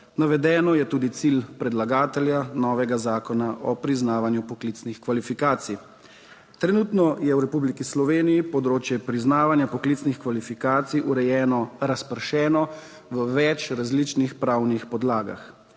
Navedeno je tudi cilj predlagatelja novega zakona o priznavanju poklicnih kvalifikacij. Trenutno je v Republiki Sloveniji področje priznavanja poklicnih kvalifikacij urejeno razpršeno v več različnih pravnih podlagah.